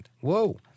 Whoa